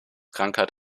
krankheit